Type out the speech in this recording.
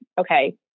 okay